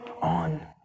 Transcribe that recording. on